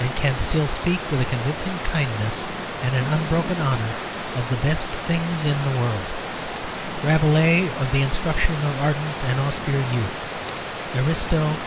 and can still speak with a convincing kindness and an unbroken honour of the best things in the world rabelais, of the instruction of ardent and austere youth ariosto,